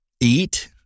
Eat